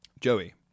Joey